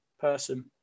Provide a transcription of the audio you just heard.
person